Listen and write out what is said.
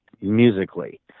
musically